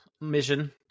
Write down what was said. mission